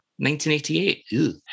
1988